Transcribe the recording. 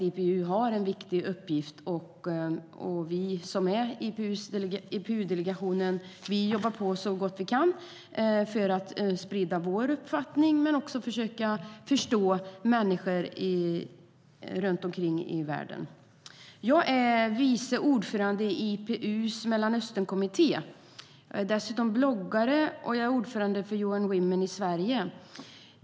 IPU har en viktig uppgift, och vi i IPU-delegationen jobbar på så gott vi kan för att sprida vår uppfattning och för att försöka förstå människor runt omkring i världen. Jag är vice ordförande i IPU:s Mellanösternkommitté. Jag är dessutom bloggare och ordförande för UN Women i Sverige.